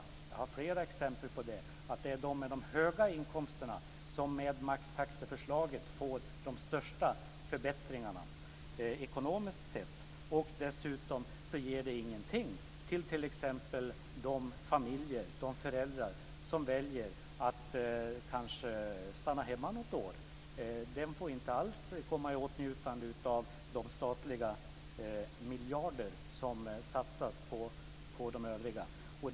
Jag har flera exempel på att det är de med de höga inkomsterna som med maxtaxeförslaget får de största förbättringarna ekonomiskt sett, och det ger ingenting till t.ex. de föräldrar som väljer att stanna hemma något år. De får inte komma i åtnjutande av de statliga miljarder som satsas på övriga.